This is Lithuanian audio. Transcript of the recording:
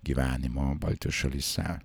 gyvenimo baltijos šalyse